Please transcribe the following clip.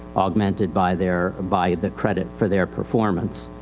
augmented by their, by the credit for their performance.